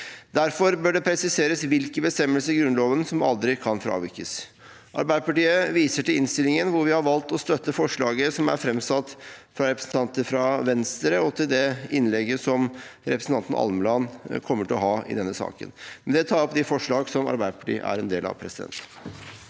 Derfor bør det presiseres hvilke bestemmelser i Grunnloven som aldri kan fravikes. Arbeiderpartiet viser til innstillingen, hvor vi har valgt å støtte forslaget som er framsatt av representanter fra Venstre, og til det innlegget som representanten Almeland kommer til å ha i denne saken. Andreas Sjalg Unneland (SV) Det er godt mulig at det